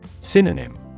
Synonym